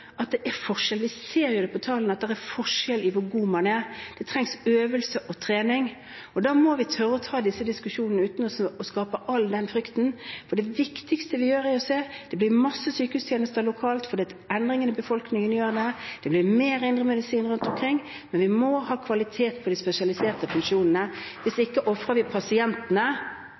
at det ofte er forskjell; vi ser på tallene at det er forskjell på hvor god man er. Det trengs øvelse og trening. Da må vi tørre å ta disse diskusjonene uten å skape all den frykten, og det viktigste vi gjør, er å se at det blir masse sykehustjenester lokalt fordi endringene i befolkningen gjør det slik. Det blir mer indremedisin rundt omkring, men vi må ha kvalitet på de spesialiserte funksjonene. Hvis